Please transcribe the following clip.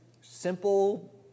simple